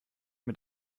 mit